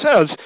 says